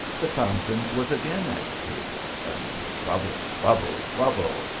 the fountain was again agitated, and bubble bubble bubble,